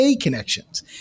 Connections